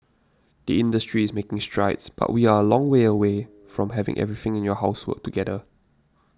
the industry is making strides but we are a long way away from having everything in your house work together